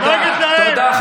תודה, תודה.